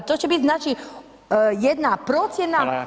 To će bit znači jedna procjena